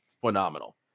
phenomenal